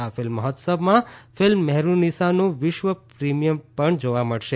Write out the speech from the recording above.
આ ફિલ્મ મહોત્સવમાં ફિલ્મ મહેરૂનિસા નું વિશ્વ પ્રિમીયર પણ જોવા મળશે